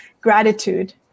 gratitude